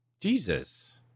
Jesus